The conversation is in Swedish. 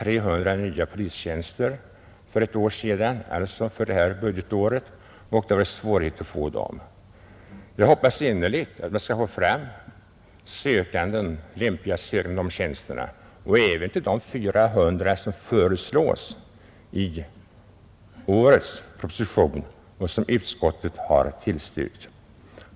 Man fick 300 nya polistjänster för ett år sedan — det gäller alltså det här budgetåret — och det har varit svårt att besätta dem. Jag hoppas innerligt att man skall få fram lämpliga sökande till de tjänsterna och även till de 400 som föreslås i årets proposition och som utskottet har tillstyrkt.